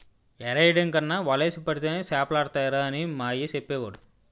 ఎరెయ్యడం కన్నా వలేసి పడితేనే సేపలడతాయిరా అని మా అయ్య సెప్పేవోడు